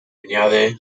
añade